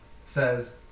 says